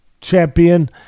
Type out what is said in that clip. champion